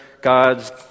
God's